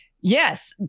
yes